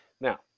Now